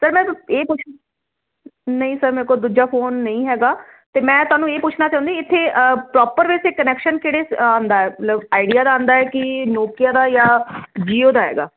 sir ਮੈਂ ਇਹ ਪੁੱਛਣਾ ਨਹੀਂ ਸਰ ਮੇਰੇ ਕੋਲ ਦੂਜਾ ਫੋਨ ਨਹੀਂ ਹੈਗਾ ਤੇ ਮੈਂ ਤੁਹਾਨੂੰ ਇਹ ਪੁੱਛਣਾ ਚਾਹੁੰਦੀ ਇੱਥੇ ਪ੍ਰੋਪਰ ਵੈਸੇ ਕਨੈਕਸ਼ਨ ਕਿਹੜੇ ਆਉਂਦਾ ਮਤਲਵ ਆਈਡੀਆ ਦਾ ਆਉਂਦਾ ਕੀ ਨੋਕੀਆ ਦਾ ਜਾਂ ਜੀਓ ਦਾ